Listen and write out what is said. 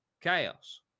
chaos